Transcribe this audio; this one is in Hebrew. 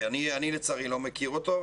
אני לצערי לא מכיר אותו,